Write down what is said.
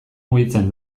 mugitzen